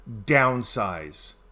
downsize